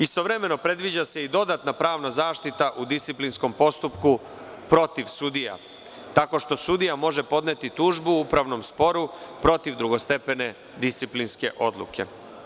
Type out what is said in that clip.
Istovremeno, predviđa se dodatna pravna zaštita u disciplinskom postupku protiv sudija, tako što sudija može podneti tužbu u upravnom sporu protiv drugostepene disciplinske odluke.